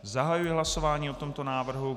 Zahajuji hlasování o tomto návrhu.